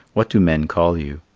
what do men call you?